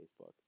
Facebook